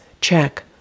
check